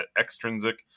extrinsic